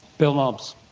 bill mobbs,